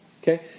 Okay